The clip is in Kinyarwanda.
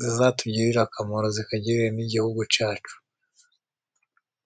zizatugirire akamaro zikagirire n'igihugu cyacu.